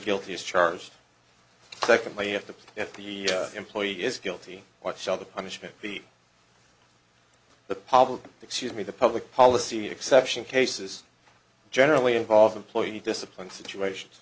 guilty as charged secondly if the if the employee is guilty what shall the punishment be the public excuse me the public policy exception cases generally involve employee discipline situations